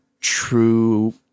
true